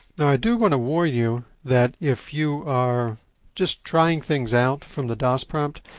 now i do want to warn you that if you are just trying things out from the dos prompt,